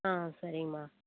ஆ சரிங்மா